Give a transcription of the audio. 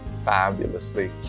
fabulously